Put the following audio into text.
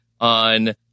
on